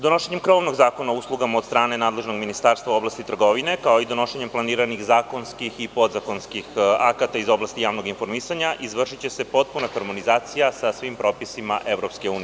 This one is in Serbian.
Donošenjem krovnog zakona o uslugama od strane nadležnog ministarstva u oblasti trgovine, kao i donošenjem planiranih zakonskih i podzakonskih akata iz oblasti javnog informisanja, izvršiće se potpuna harmonizacija sa svim propisima EU.